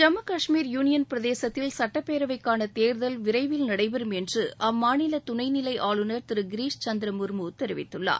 Jammu Kashmir union பிரதேசத்தில் சட்டப்பேரவைக்கான தேர்தல் விரைவில் நடைபெறும் என்று அம்மாநில துணை நிலை ஆளுநர் திரு கிரிஷ்சந்திர முர்மு தெரிவித்துள்ளார்